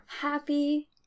happy